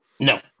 No